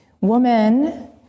woman